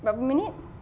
berapa minit